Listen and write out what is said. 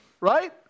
Right